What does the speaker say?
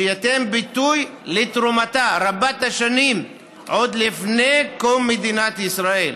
שייתן ביטוי לתרומתה רבת-השנים עוד לפני קום מדינת ישראל.